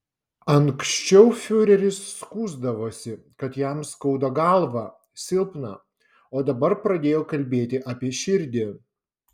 anksčiau fiureris skųsdavosi kad jam skauda galvą silpna o dabar pradėjo kalbėti apie širdį